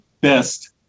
best